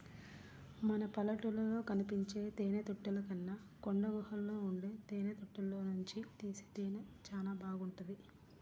మన పల్లెటూళ్ళలో కనిపించే తేనెతుట్టెల కన్నా కొండగుహల్లో ఉండే తేనెతుట్టెల్లోనుంచి తీసే తేనె చానా బాగుంటది